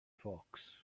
fox